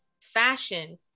fashion